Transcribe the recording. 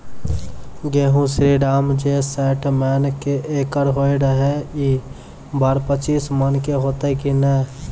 गेहूँ श्रीराम जे सैठ मन के एकरऽ होय रहे ई बार पचीस मन के होते कि नेय?